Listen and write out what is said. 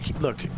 look